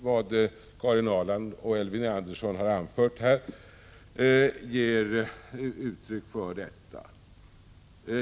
Vad Karin Ahrland och Elving Andersson har anfört ger uttryck för detta.